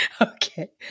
Okay